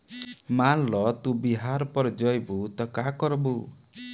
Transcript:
मान ल तू बिहार पड़ जइबू त का करबू